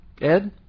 Ed